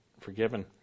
Forgiven